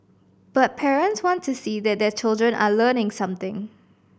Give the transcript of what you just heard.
but parents want to see that their children are learning something